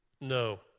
No